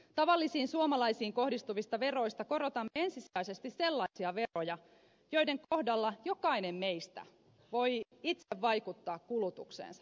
tavallisiin suomalaisiin kohdistuvista veroista korotamme ensisijaisesti sellaisia veroja joiden kohdalla jokainen meistä voi itse vaikuttaa kulutukseensa